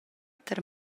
tier